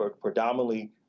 predominantly